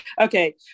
okay